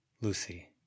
Lucy